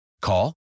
Call